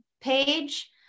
page